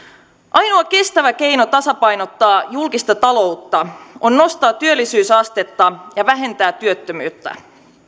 ainoa kestävä keino tasapainottaa julkista taloutta on nostaa työllisyysastetta ja vähentää työttömyyttä